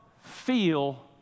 feel